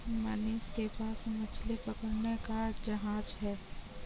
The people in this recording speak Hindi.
मनीष के पास मछली पकड़ने का जहाज है